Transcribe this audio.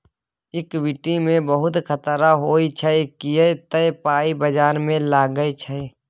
equity मे बहुत खतरा होइ छै किए तए पाइ बजार मे लागै छै